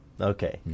okay